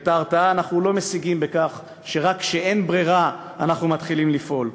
את ההרתעה אנחנו לא משיגים בכך שרק כשאין ברירה אנחנו מתחילים לפעול,